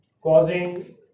causing